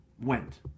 went